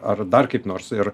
ar dar kaip nors ir